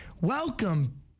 Welcome